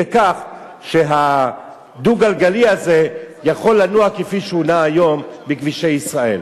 לכך שהדו-גלגלי הזה יכול לנוע כפי שהוא נע היום בכבישי ישראל.